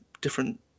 different